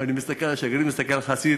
אני מסתכל על השגריר, מסתכל על החסיד,